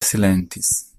silentis